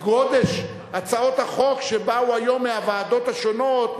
גודש הצעות החוק שבאו היום מהוועדות השונות,